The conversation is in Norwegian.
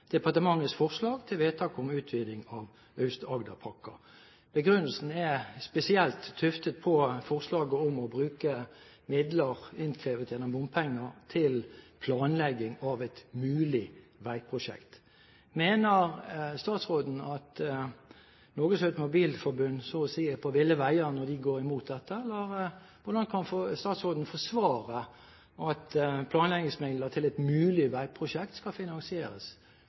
departementets forslag til vedtak om utviding av Aust-Agderpakka.» Begrunnelsen er spesielt tuftet på forslaget om å bruke midler innkrevet gjennom bompenger til planlegging av et mulig veiprosjekt. Mener statsråden at Norges Automobil-Forbund så å si er på ville veier når de går imot dette, eller hvordan kan statsråden forsvare at planleggingsmidler til et mulig veiprosjekt skal finansieres